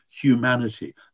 humanity